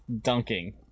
dunking